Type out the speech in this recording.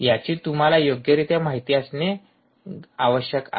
याची तुम्हाला योग्यरित्या माहित असणे आवश्यक आहे